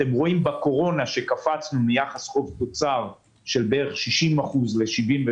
אתם רואים שבקורונה קפצנו מיחס חוב תוצר של בערך 60% ל-73%.